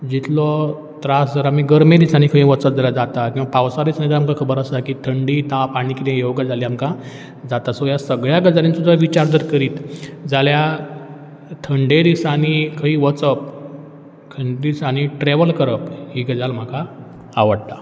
जितलो त्रास जर आमी गर्मे दिसांनी खंय वचत जाल्या जाता किंवां पावसा दिसांनी तर आमकां खबर आसता की थंडी ताप आनी कितें ह्यो गजाली आमकां जाता सो ह्या सगळ्या गजालींचो जर विचार जर करीत जाल्यार थंडे दिसांनी खंय वचप खंय दिसांनी ट्रॅवल करप ही गजाल म्हाका आवडटा